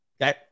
Okay